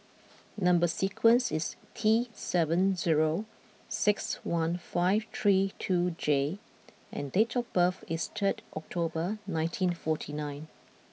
number sequence is T seven zero six one five three two J and date of birth is third October nineteen forty nine